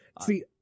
see